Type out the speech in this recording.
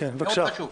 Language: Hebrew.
מאוד חשוב.